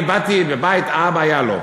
אני באתי מבית, אבא, היה לו.